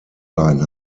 line